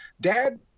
Dad